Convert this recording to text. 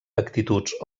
actituds